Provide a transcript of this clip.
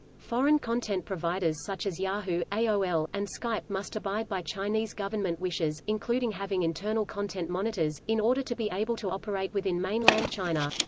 foreign content providers such as yahoo, aol, and skype must abide by chinese government wishes, including having internal content monitors, in order to be able to operate within mainland china.